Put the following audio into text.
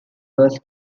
was